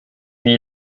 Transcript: wie